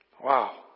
Wow